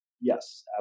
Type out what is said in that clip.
Yes